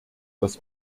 das